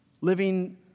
living